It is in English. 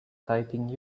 typing